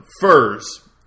furs